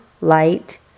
light